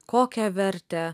kokią vertę